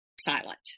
silent